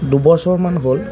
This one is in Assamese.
দুবছৰমান হ'ল